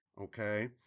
okay